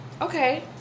Okay